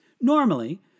Normally